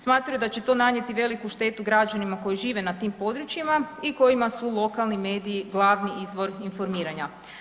Smatra da će to nanijeti veliku štetu građanima koji žive na tim područjima i kojima su lokalni mediji glavni izvor informiranja.